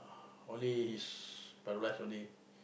only his my wife only